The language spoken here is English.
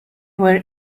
were